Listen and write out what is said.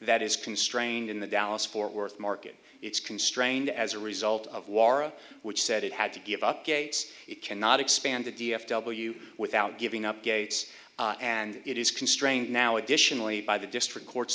that is constrained in the dallas fort worth market it's constrained as a result of wara which said it had to give up gates it cannot expand to d f w without giving up gates and it is constrained now additionally by the district court's